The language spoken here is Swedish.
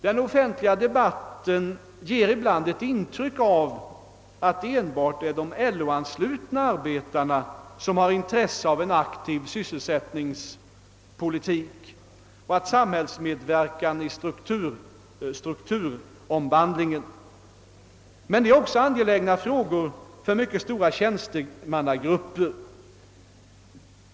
Den offentliga debatten ger ibland ett intryck av att det enbart är de LO-anslutna arbetarna som har intresse av en aktiv sysselsättningspolitik och av samhällsmedverkan i strukturomvandlingen. Men det är också angelägna frågor för mycket stora tjänstemannagrupper.